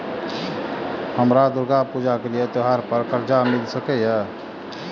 हमरा दुर्गा पूजा के लिए त्योहार पर कर्जा मिल सकय?